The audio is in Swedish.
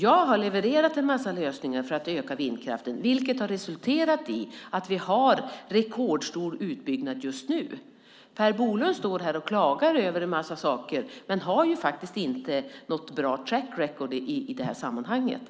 Jag har levererat en massa lösningar för att öka vindkraftsutbyggnaden. Det har resulterat i att vi har en rekordstor utbyggnad just nu. Per Bolund klagar över en massa saker men har faktiskt inte något bra track record i det här sammanhanget.